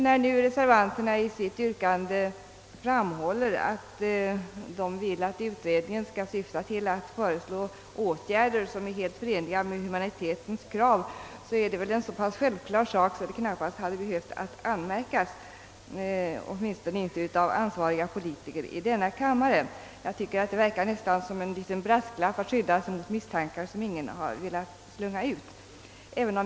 När nu reservanterna framhåller att utredningen skall syfta till att föreslå åtgärder, som är helt förenliga med humanitetens krav, är detta väl en så pass självklar sak, att den knappast hade behövt framhållas, åtminstone inte av ansvariga politiker i denna kammare. Det verkar nästan som en liten brasklapp för att skydda sig mot misstankar som ingen har slungat ut.